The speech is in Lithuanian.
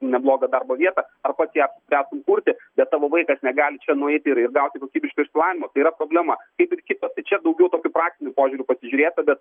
neblogą darbo vietą ar pats ją ją sukurti bet tavo vaikas negali čia nueiti ir ir gauti kokybiško išsilavinimo tai yra problema kaip ir kitos tai čia daugiau tokiu praktiniu požiūriu pasižiūrėta bet